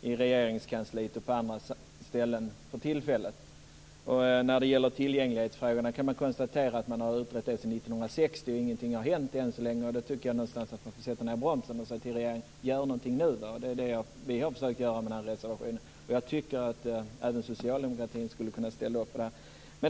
i Regeringskansliet och på andra ställen. När det gäller tillgänglighetsfrågorna kan man konstatera att de har utretts sedan 1960, och ingenting har hänt än så länge. Därför tycker jag att man får sätta ned bromsen och säga till regeringen att göra någonting nu. Det är det vi har försökt att göra i reservationen. Jag tycker att även socialdemokraterna skulle kunna ställa upp på det.